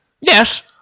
Yes